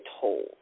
told